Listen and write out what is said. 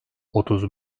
otuz